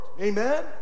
Amen